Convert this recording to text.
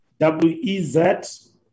WEZ